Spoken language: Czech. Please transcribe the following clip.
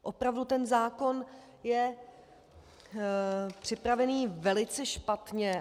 Opravdu ten zákon je připravený velice špatně.